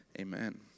amen